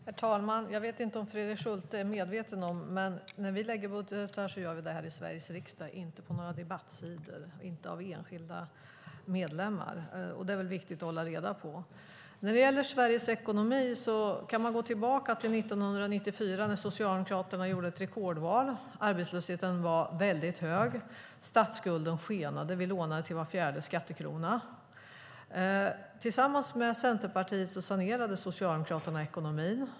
Herr talman! Jag vet inte om Fredrik Schulte är medveten om det, men när vi lägger fram budgetar gör vi det här i Sveriges riksdag och inte på några debattsidor. Och det görs inte av några enskilda medlemmar. Det är viktigt att hålla reda på. När det gäller Sveriges ekonomi kan man gå tillbaka till 1994 när Socialdemokraterna gjorde ett rekordval. Arbetslösheten var mycket hög, statsskulden skenade, och vi lånade till var fjärde skattekrona. Tillsammans med Centerpartiet sanerade Socialdemokraterna ekonomin.